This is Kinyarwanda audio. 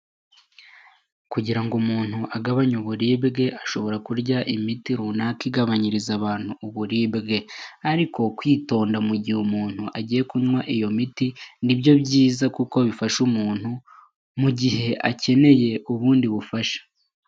Kugira ngo umuntu agabanye uburibwe ashobora kurya imiti runaka igabanyiriza abantu uburibwe; ariko kwitonda mu gihe umuntu agiye kunywa iyo miti ni byo byiza kuko bifasha umuntu mu gihe akeneye ubundi bufasha.